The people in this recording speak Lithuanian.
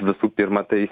visų pirma tai